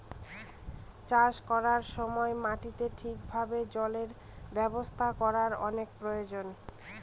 চাষ করার সময় মাটিতে ঠিক ভাবে জলের ব্যবস্থা করার অনেক প্রয়োজন